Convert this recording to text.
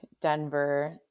Denver